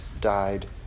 died